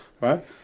right